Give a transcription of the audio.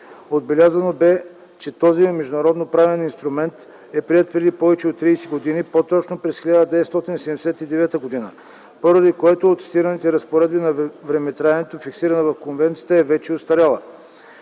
Отбелязано бе, че този международноправен инструмент е приет преди повече от 30 години, по-точно през 1979 г., поради което цитираната разпоредба за времетраенето, фиксирана в конвенцията, е вече остаряла.